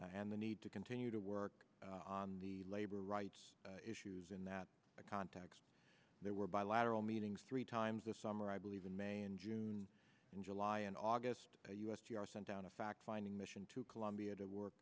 and the need to continue to work on the labor rights issues in that context there were bilateral meetings three times this summer i believe in may and june and july and august u s t r sent out a fact finding mission to colombia to work